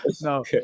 No